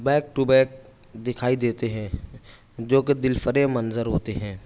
back to back دکھائی دیتے ہیں جوکہ دلفریب منظر ہوتے ہیں